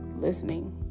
listening